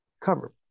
cover